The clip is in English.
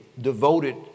devoted